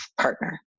partner